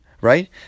right